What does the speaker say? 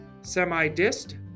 semi-dist